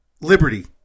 Liberty